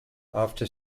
after